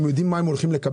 הם יודעים מה יקבלו?